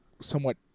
somewhat